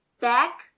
Back